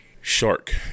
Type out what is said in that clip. Shark